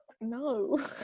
no